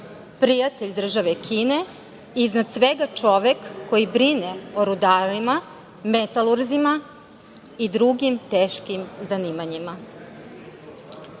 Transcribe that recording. prijatelj države Kine i iznad svega čovek koji brine o rudarima, metalurzima i drugim teškim zanimanjima. Ovo